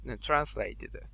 translated